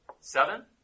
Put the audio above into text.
Seven